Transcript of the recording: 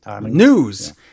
News